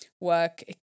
work